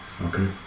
Okay